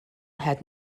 had